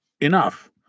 enough